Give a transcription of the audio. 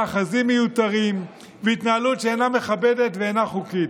מאחזים מיותרים והתנהלות שאינה מכבדת ואינה חוקית?